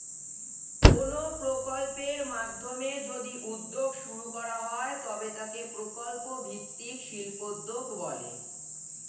কোনো প্রকল্পের মাধ্যমে যদি উদ্যোগ শুরু করা হয় তবে তাকে প্রকল্প ভিত্তিক শিল্পোদ্যোগ বলে